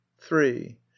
three